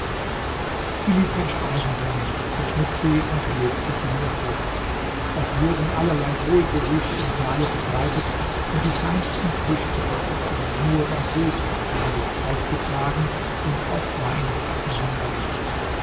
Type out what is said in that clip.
sie ließ dann speisen bringen zerschnitt sie und legte sie mir vor auch wurden allerlei wohlgerüche im saale verbreitet und die feinsten früchte die man nur beim sultan findet aufgetragen und auch wein herumgereicht